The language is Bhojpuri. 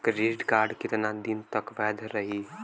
क्रेडिट कार्ड कितना दिन तक वैध रही?